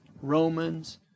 Romans